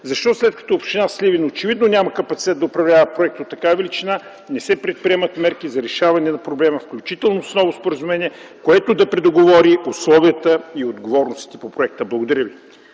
Защо след като очевидно община Сливен няма капацитет да управлява проекти от такава величина, не се предприемат мерки за решаване на проблема, включително с ново споразумение, което да предоговори условията и отговорностите по проекта? Благодаря ви.